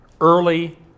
early